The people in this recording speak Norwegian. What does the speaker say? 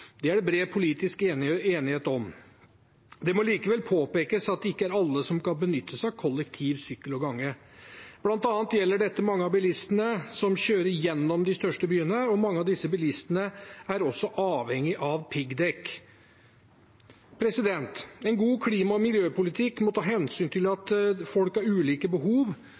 Det er det bred politisk enighet om. Det må likevel påpekes at det ikke er alle som kan benytte seg av kollektiv, sykkel og gange. Blant annet gjelder dette mange av bilistene som kjører gjennom de største byene, og mange av disse bilistene er også avhengige av piggdekk. En god klima- og miljøpolitikk må ta hensyn til at folk har ulike behov,